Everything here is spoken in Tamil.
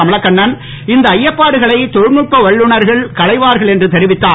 கமலக்கண்ணன் இந்த அய்யப்பாடுகளை தொழில்நுட்ப வல்லுநகர்கள் களைவார்கள் என்று தெரிவித்தார்